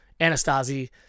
Anastasi